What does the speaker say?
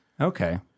Okay